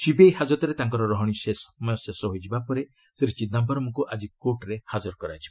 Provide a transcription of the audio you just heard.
CBI ହାକତରେ ତାଙ୍କର ରହଣି ସମୟ ଶେଷ ହୋଇଯିବା ପରେ ଶ୍ରୀ ଚିଦାମ୍ଘରମ୍ଙ୍କୁ ଆଜି କୋର୍ଟରେ ହାଜର କରାଯିବ